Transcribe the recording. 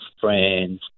friends